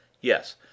Yes